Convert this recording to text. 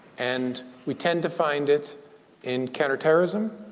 and we tend to find it in counterterrorism